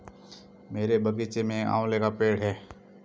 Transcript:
मेरे बगीचे में आंवले का पेड़ है